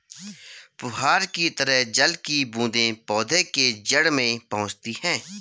फुहार की तरह जल की बूंदें पौधे के जड़ में पहुंचती है